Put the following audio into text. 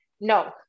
No